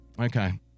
Okay